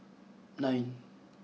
nine